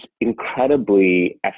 incredibly